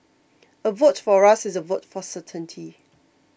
a vote for us is a vote for certainty